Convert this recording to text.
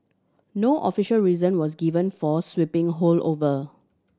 no official reason was given for sweeping haul over